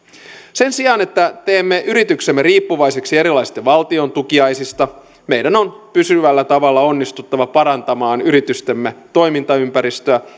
sen sijaan että teemme yrityksemme riippuvaiseksi erilaisista valtion tukiaisista meidän on pysyvällä tavalla onnistuttava parantamaan yritystemme toimintaympäristöä